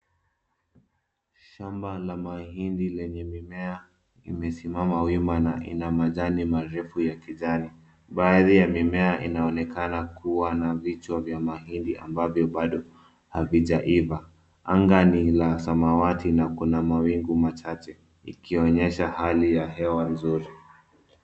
Shamba la mahindi lenye mimea imesimama wima na ina majani marefu ya kijani. Baadhi ya mimea inaonekana kuwa na vichwa vya mahindi ambavyo bado havijaiva. Anga ni la samawati na kuna mawingu machache, ikionyesha hali ya hewa nzuri.